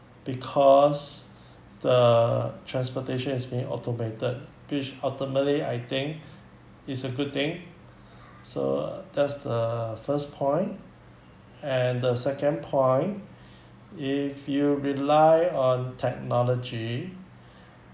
because the transportation is being automated which ultimately I think is a good thing so that's the first point and the second point if you rely on technology